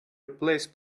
replaced